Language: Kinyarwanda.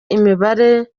imibare